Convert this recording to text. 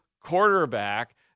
quarterback